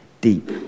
deep